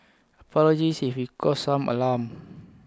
apologies if we caused some alarm